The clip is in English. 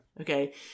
Okay